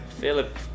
philip